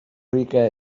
rica